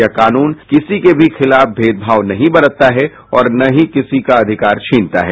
यह कानून किसी के भी खिलाफ भेदभाव नहीं बरतता है और न ही किसी का अधिकार छीनता है